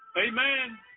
Amen